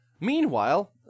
Meanwhile